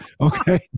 Okay